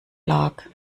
lag